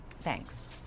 Thanks